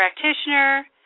practitioner